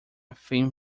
thin